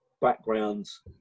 backgrounds